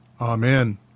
Amen